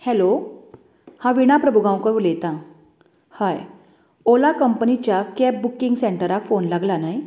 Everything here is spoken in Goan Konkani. हॅलो हांव विणा प्रभुगांवकर उलयतां हय ओला कंम्पनिच्या कॅब बुकिंग सेंटराक फोन लागला न्हय